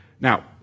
Now